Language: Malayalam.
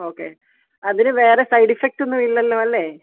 ഓക്കേ അതിനു വേറെ സൈഡ് ഇഫക്ടൊന്നുമില്ലല്ലോ അല്ലേ